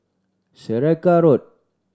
Saraca Road